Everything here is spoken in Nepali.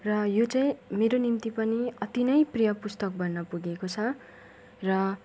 र यो चाहिँ मेरो निम्ति पनि अति नै प्रिय पुस्तक बन्न पुगेको छ र